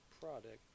product